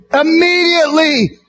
immediately